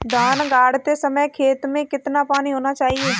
धान गाड़ते समय खेत में कितना पानी होना चाहिए?